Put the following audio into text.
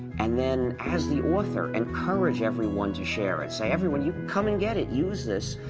and then as the author, encourage everyone to share it. say, everyone, you come and get it, use this,